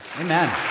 Amen